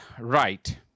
right